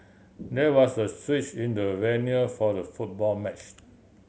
there was a switch in the venue for the football match